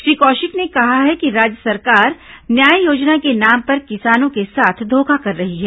श्री कौशिक ने कहा है कि राज्य सरकार न्याय योजना के नाम पर किसानों के साथ धोखा कर रही है